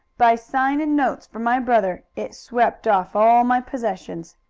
by signin' notes for my brother. it swept off all my possessions.